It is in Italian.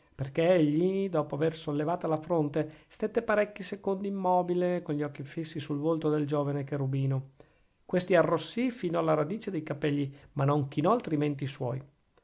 perchè egli dopo aver sollevata la fronte stette parecchi secondi immobile con gli occhi fissi sul volto del giovane cherubino questi arrossì fino alla radice dei capegli ma non chinò altrimenti i suoi